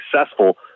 successful